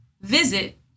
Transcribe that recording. visit